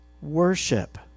worship